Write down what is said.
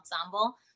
ensemble